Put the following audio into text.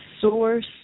source